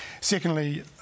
Secondly